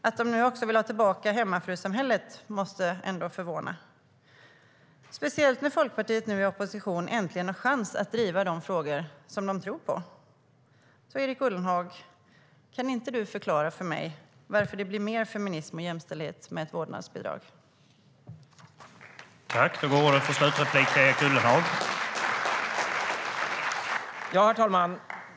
Att de nu också vill ha tillbaka hemmafrusamhället förvånar - speciellt när Folkpartiet i opposition äntligen har en chans att driva de frågor man tror på.